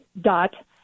dot